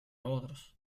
otros